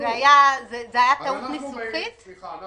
זו הייתה טעות ניסוחית, גיא?